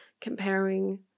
comparing